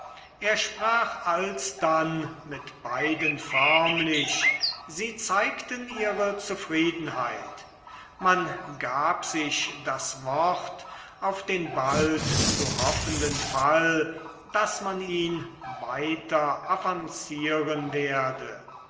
er sprach alsdann mit beiden förmlich sie zeigten ihre zufriedenheit man gab sich das wort auf den bald zu hoffenden fall daß man ihn weiter avancieren werde